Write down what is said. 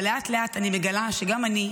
אבל לאט-לאט אני מגלה שגם אני,